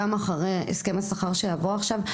גם אחרי הסכם השכר שיבוא עכשיו.